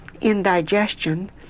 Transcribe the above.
Indigestion